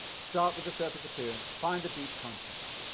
start with the surface appearance find the deep concepts.